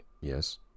Yes